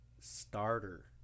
starter